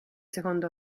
secondo